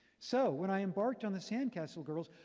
so, when i embarked on the sandcastle girls,